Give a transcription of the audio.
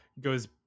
goes